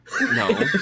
No